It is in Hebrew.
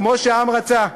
כמו שהעם רצה.